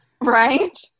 Right